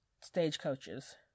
stagecoaches